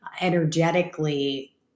energetically